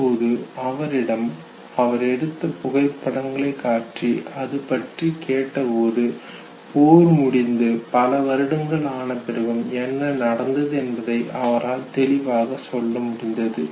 அப்போது அவரிடம் அவர் எடுத்த புகைப்படங்களை காட்டி அதுபற்றி கேட்டபோது போர் முடிந்து பல வருடங்கள் ஆனபிறகும் என்ன நடந்தது என்பதை அவரால் தெளிவாக சொல்ல முடிந்தது